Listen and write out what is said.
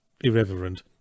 irreverent